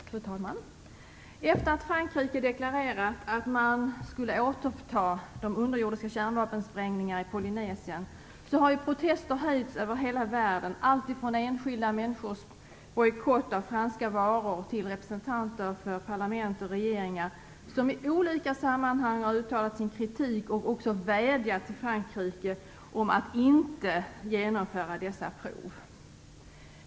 Fru talman! Efter det att Frankrike deklarerat att man skulle återuppta de underjordiska kärnvapensprängnigarna i Polynesien har protester höjts över hela världen. Det har varit allt från enskilda människors bojkott av franska varor, till representanter för parlament och regeringar som i olika sammanhang uttala sin kritik och vädjat till Frankrike att inte genomföra dessa prov.